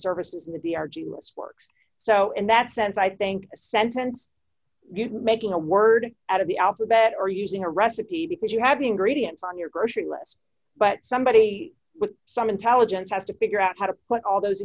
services in the arduous works so in that sense i think a sentence making a word out of the alphabet or using a recipe because you have the ingredients on your grocery list but somebody with some intelligence has to figure out how to put all those